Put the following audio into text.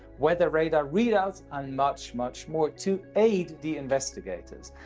weather radar readouts and much, much more to aid the investigators.